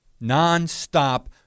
Non-stop